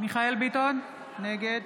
מיכאל מרדכי ביטון, נגד